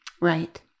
Right